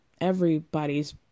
everybody's